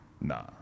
Nah